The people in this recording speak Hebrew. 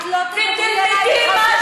את לא תדברי אליי,